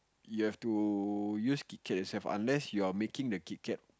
you have to use Kit-Kat unless you are making the Kit-Kat